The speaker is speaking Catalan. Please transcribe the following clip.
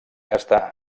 està